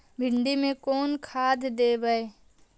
भिंडी में कोन खाद देबै?